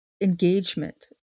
engagement